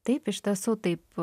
taip iš tiesų taip